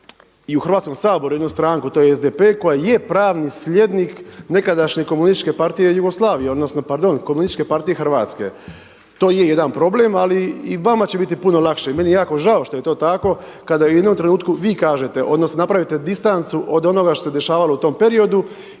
i u Hrvatskom saboru jednu stranku to je SDP koja je pravni slijednik nekadašnje Komunističke partije Jugoslavije, pardon Komunističke partije Hrvatske. To je jedan problem, ali i vama će biti puno lakše. Meni je jako žao što je to tako kada u jednom trenutku vi kažete odnosno napravite distancu od onoga što se dešavalo u tom periodu